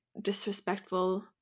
disrespectful